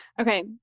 okay